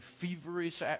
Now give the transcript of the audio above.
feverish